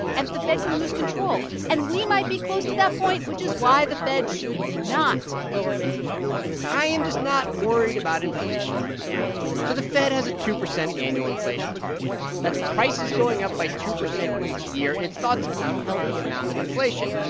and the fed can lose control and we might be close to that point, which is why the fed should not lower interest rates i am just not worried about inflation right now. so the fed has a two percent annual inflation target. that's prices going up by two percent each year, and it's thought to be a healthy amount of inflation,